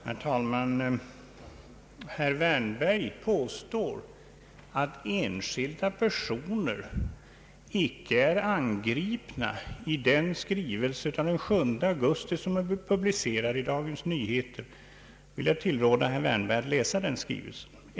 Herr talman! Herr Wärnberg påstår att enskilda personer icke är angripna i den skrivelse av den 7 augusti som är publicerad i Dagens Nyheter. Jag vill då tillråda herr Wärnberg att läsa denna skrivelse.